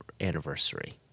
anniversary